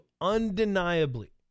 undeniably